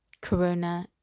Corona